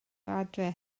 adre